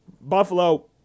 Buffalo